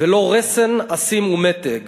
ולא רסן אשים ומתג /